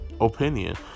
opinion